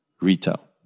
retail